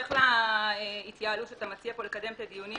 בהמשך להתייעלות שאתה מציע פה לקדם את הדיונים,